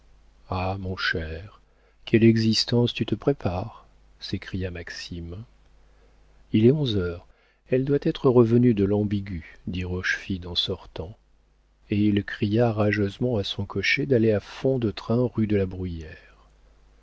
ah mon cher quelle existence tu te prépares s'écria maxime il est onze heures elle doit être revenue de l'ambigu dit rochefide en sortant et il cria rageusement à son cocher d'aller à fond de train rue de la bruyère